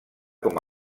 com